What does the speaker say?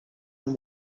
and